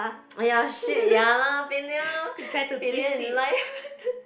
!aiya! shit ya lah failure failure in life